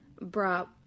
brought